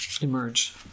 emerge